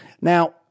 Now